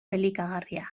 elikagarria